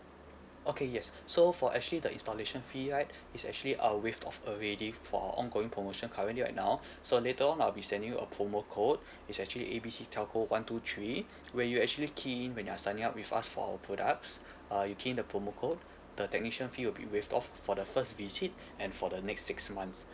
okay yes so for actually the installation fee right it's actually uh waived off already for our ongoing promotion currently right now so later on I'll be sending you a promo code it's actually A B C telco one two three where you actually key in when you are signing up with us for our products uh you key in the promo code the technician fee will be waived off for the first visit and for the next six months